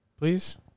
Please